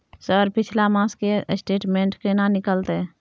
Sir पिछला मास के स्टेटमेंट केना निकलते?